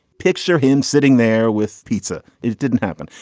picture him sitting there with pizza. it didn't happen.